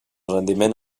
rendiment